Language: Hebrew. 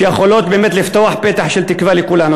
שיכולה באמת לפתוח פתח של תקווה לכולנו.